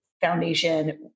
Foundation